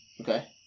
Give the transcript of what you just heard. Okay